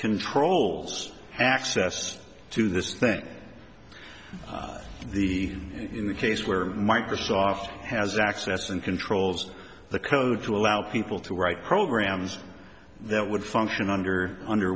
controls access to this thing the in the case where microsoft has access and controls the code to allow people to write programs that would function under under